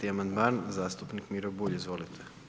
270. amandman zastupnik Miro Bulj, izvolite.